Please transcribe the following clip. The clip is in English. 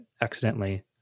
accidentally